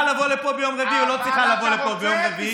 לבוא לפה ביום רביעי או לא צריכה לבוא לפה ביום רביעי?